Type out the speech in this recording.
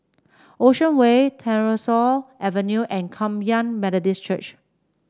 Ocean Way Tyersall Avenue and Kum Yan Methodist Church